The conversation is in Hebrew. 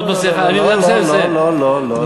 לא, לא, לא, לא, לא, לא.